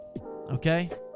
okay